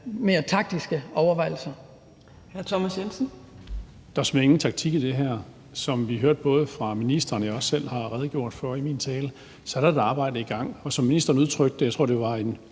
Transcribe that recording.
Thomas Jensen (S): Der er såmænd ingen taktik i det her. Som vi hørte fra ministeren, og som jeg også selv har redegjort for i min tale, er der et arbejde i gang, og som ministeren udtrykte det, er der en